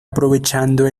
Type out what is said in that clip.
aprovechando